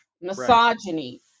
misogyny